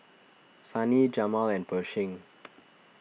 Sunny Jamal and Pershing